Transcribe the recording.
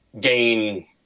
gain